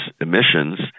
emissions